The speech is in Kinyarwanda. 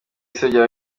isebya